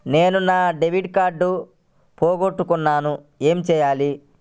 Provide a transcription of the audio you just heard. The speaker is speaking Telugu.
నేను నా డెబిట్ కార్డ్ పోగొట్టుకున్నాను ఏమి చేయాలి?